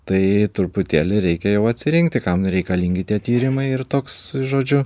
tai truputėlį reikia jau atsirinkti kam reikalingi tie tyrimai ir toks žodžiu